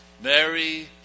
Mary